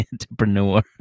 entrepreneur